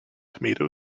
tomatoes